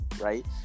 right